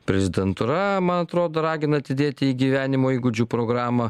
prezidentūra man atrodo ragina atidėti į gyvenimo įgūdžių programą